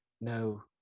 No